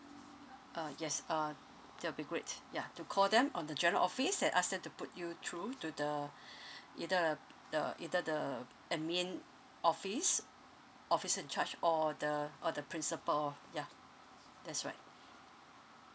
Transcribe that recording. uh yes uh that'll be great ya you call them on the general office and ask them to put you through to the either the the either the admin office officer in charge or the or the principal or ya that's right